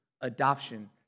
adoption